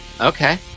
Okay